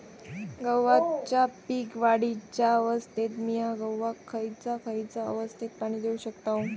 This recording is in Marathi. गव्हाच्या पीक वाढीच्या अवस्थेत मिया गव्हाक खैयचा खैयचा अवस्थेत पाणी देउक शकताव?